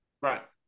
Right